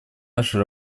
нашей